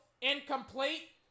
incomplete